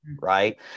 right